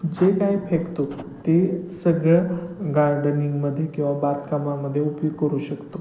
जे काय फेकतो ते सगळं गार्डनिंगमध्ये किंवा बागकामामध्ये उपयोग करू शकतो